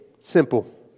Simple